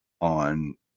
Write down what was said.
on